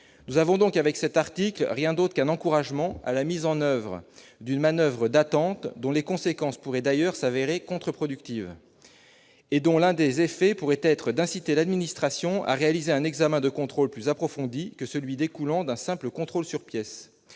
nous avons donc avec cet article, rien d'autre qu'un encouragement à la mise en oeuvre d'une manoeuvre d'attente dont les conséquences pourraient d'ailleurs s'avérer contre-productive, et dont l'un des effets pourraient être d'inciter l'administration à réaliser un examen de contrôle plus approfondi que celui découlant d'un simple contrôle sur pièces,